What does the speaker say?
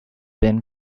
been